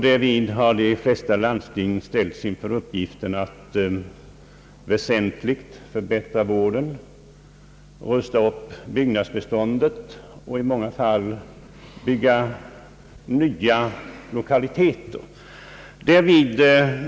Därvid har de flesta landsting ställts inför uppgiften att väsentligt förbättra vården, rusta upp byggnadsbeståndet och i många fall bygga nya lokaliteter.